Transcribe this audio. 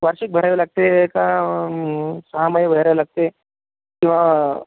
वार्षिक भरावी लागते का मग सहामाही भरावी लागते किंवा